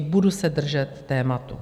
Budu se držet tématu.